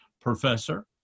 professor